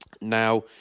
Now